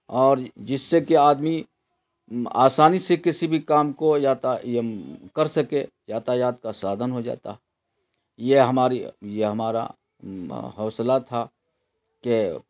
اور جس سے کہ آدمی آسانی سے کسی بھی کام کو یاتا کر سکے یاتایات کا سادھن ہو جاتا یہ ہماری یہ ہمارا حوصلہ تھا کہ